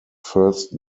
first